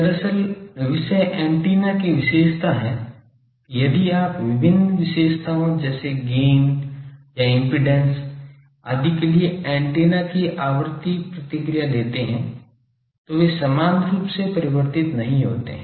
दरअसल विषय एंटीना की विशेषता है कि यदि आप विभिन्न विशेषताओं जैसे गैन या इम्पीडेन्स आदि के लिए एंटेना की आवृत्ति प्रतिक्रिया लेते हैं तो वे समान रूप से परिवर्तित नहीं होते हैं